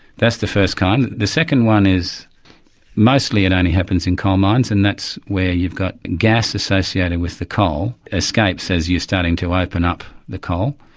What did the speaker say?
that's the first kind. the second one is mostly it only happens in coal mines and that's where you've got as associated with the coal, escapes as you're starting to open up the coal,